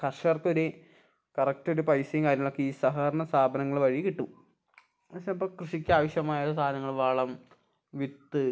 കർഷകർക്കൊരു കറക്റ്റൊരു പൈസയും കാര്യങ്ങളൊക്കെ ഈ സഹരണ സാപനങ്ങൾ വഴി കിട്ടും പക്ഷെ ഇപ്പം കൃഷിക്കാവശ്യമായ സാധനങ്ങൾ വളം വിത്ത്